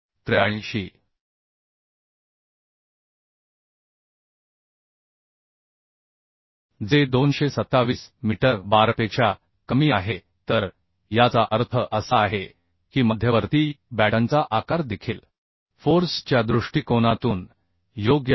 83जे 227 metre बारपेक्षा कमी आहे तर याचा अर्थ असा आहे की मध्यवर्ती बॅटनचा आकार देखील फोर्स च्या दृष्टिकोनातून योग्य आहे